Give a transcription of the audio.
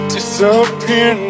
Disappear